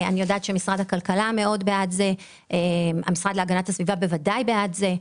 אני יודעת שמשרד הכלכלה מאוד בעד זה והמשרד להגנת הסביבה בוודאי בעד זה.